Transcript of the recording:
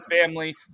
family